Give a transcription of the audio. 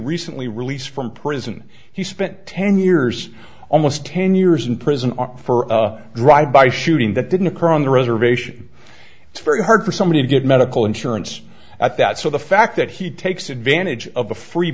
recently released from prison he spent ten years almost ten years in prison for a drive by shooting that didn't occur on the reservation it's very hard for somebody to get medical insurance at that so the fact that he takes advantage of a free